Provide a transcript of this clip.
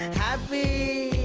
happy.